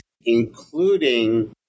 including